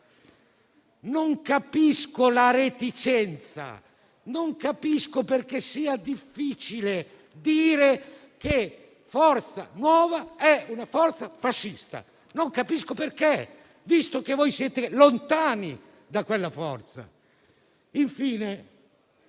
Non capisco la reticenza, non capisco perché sia difficile dire che Forza Nuova è una forza fascista, non capisco perché, visto che voi siete lontani da quella forza.